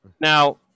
Now